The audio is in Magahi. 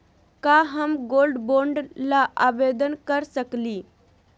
का हम गोल्ड बॉन्ड ल आवेदन कर सकली?